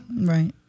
Right